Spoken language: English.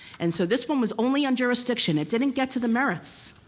and so this one was only on jurisdiction, it didn't get to the merits.